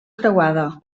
creuada